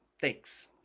Thanks